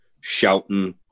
shouting